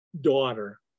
daughter